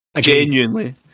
genuinely